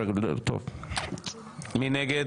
מי נגד?